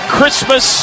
Christmas